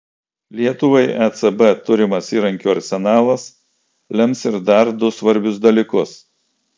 lietuvai ecb turimas įrankių arsenalas lems ir dar du svarbius dalykus